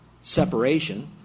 separation